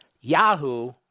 Yahoo